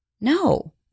no